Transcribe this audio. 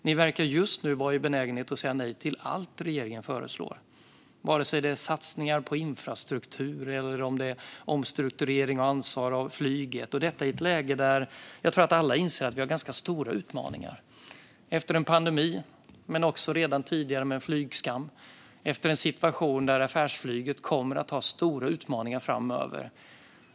Ni verkar just nu vara benägna att säga nej till allt regeringen föreslår, Maria Stockhaus, vare sig det gäller satsningar på infrastruktur eller omstrukturering av och ansvar för flyget. Detta gör ni i ett läge där jag tror att alla inser att vi har ganska stora utmaningar - efter en pandemi, men också sedan tidigare på grund av en flygskam, och i en situation där affärsflyget kommer att ha stora utmaningar framöver.